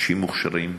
אנשים מוכשרים.